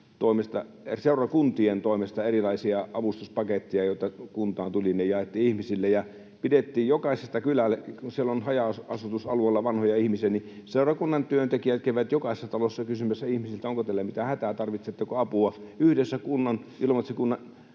seurakuntien toimesta erilaisia avustuspaketteja, joita kuntaan tuli. Ne jaettiin ihmisille. Siellä on haja-asutusalueilla vanhoja ihmisiä. Seurakunnan työntekijät kävivät jokaisessa talossa kysymässä ihmisiltä, onko teillä mitään hätää, tarvitsetteko apua — yhdessä Ilomantsin kunnan